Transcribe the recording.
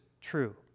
true